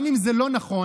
גם אם זה לא נכון,